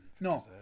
No